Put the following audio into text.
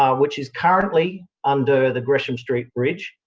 um which is currently under the gresham street bridge,